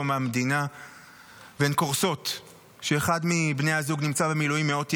מהמדינה והן קורסות כשאחד מבני הזוג נמצא במילואים מאות ימים,